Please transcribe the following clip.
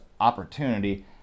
opportunity